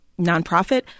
nonprofit